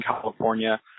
California